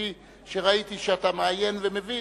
כפי שראיתי שאתה מעיין ומבין.